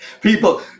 people